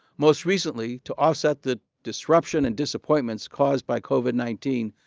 most recently to offset the disruption and disappointments caused by covid nineteen,